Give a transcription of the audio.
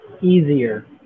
easier